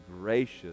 gracious